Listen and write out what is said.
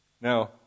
Now